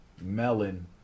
melon